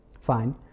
fine